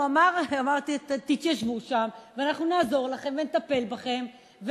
הוא אמר: תתיישבו שם ואנחנו נעזור לכם ונטפל בכם,